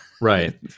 Right